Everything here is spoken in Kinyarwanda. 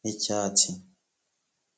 n'icyatsi.